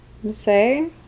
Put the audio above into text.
say